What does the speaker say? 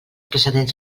precedents